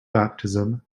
baptism